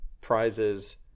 prizes